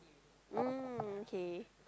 mm okay